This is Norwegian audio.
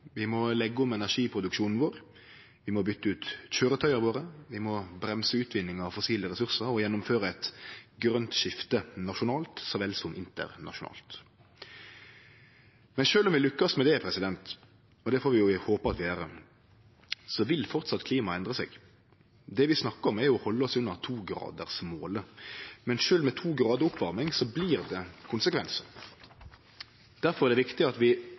Vi må leggje om energiproduksjonen vår, vi må bytte ut køyretøya våre, vi må bremse utvinninga av fossile ressursar og gjennomføre eit grønt skifte, nasjonalt så vel som internasjonalt. Men sjølv om vi lykkast med det – og det får vi håpe at vi gjer – vil klimaet framleis endre seg. Det vi snakkar om, er å halde oss under 2-gradersmålet. Men sjølv med to grader oppvarming, blir det konsekvensar. Derfor er det viktig at vi